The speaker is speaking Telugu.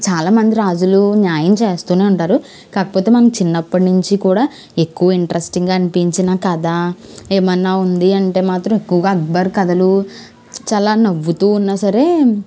చాలా మంది రాజులు న్యాయం చేస్తూనే ఉంటారు కాకపోతే మనం చిన్నప్పుడు నుంచి కూడా ఎక్కువ ఇంట్రెస్టింగ్గా అనిపించిన కథ ఏమైనా ఉంది అంటే మాత్రం ఎక్కువగా అక్బర్ కథలు చాలా నవ్వుతూ ఉన్నా సరే